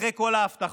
אחרי כל ההבטחות,